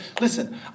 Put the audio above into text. listen